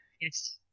yes